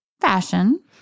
fashion